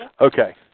Okay